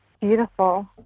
Beautiful